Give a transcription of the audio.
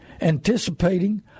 anticipating